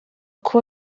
kuba